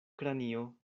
kranio